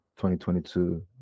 2022